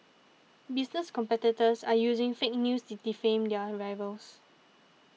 business competitors are using fake news to defame their rivals